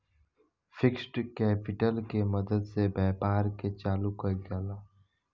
fixed capital के मदद से व्यापार के चालू कईल जाला